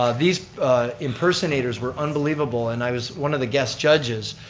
ah these impersonators were unbelievable and i was one of the guest judges.